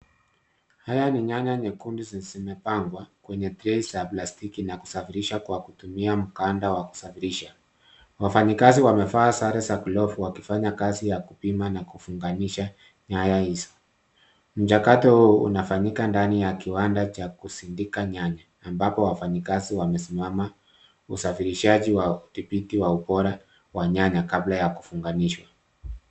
Haya ni nyanya nyekundu zimepangwa kwenye trei za plastiki na kusafirisha kwa kutumia mkanda wa kusafirisha. Wafanyi kazi wamevaa sare za glovu na kufanya kazi ya kupima na kufunganisha nyanya hizo. Mchakato huu unafanyika ndani ya kiwanda cha kusindika nyanya ambapo wafanye kazi wamesimama. Usafirishaji wa uthibiti ubora wa nyanya kabla ya kufunganishwa.